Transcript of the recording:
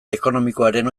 ekonomikoaren